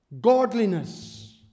Godliness